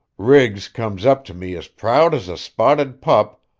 riggs comes up to me as proud as a spotted pup,